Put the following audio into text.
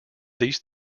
these